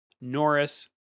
Norris